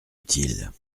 utile